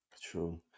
True